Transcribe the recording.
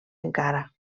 encara